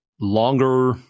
longer